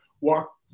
walk